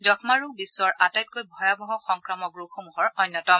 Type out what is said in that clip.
যক্ষ্মা ৰোগ বিষ্ণৰ আটাইতকৈ ভয়াৱহ সংক্ৰামক ৰোগসমূহৰ অন্যতম